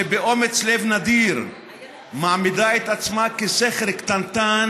שבאומץ לב נדיר מעמידה את עצמה כסכר קטנטן